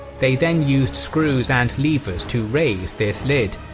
they then used screws and levers to raise this lid,